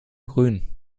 grün